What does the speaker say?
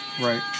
Right